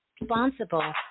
responsible